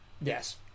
Yes